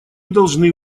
должны